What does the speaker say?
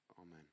amen